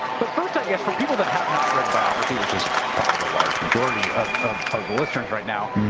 but first, i guess, for people that have not read the biography, which is probably the large majority of of ah the listeners right now,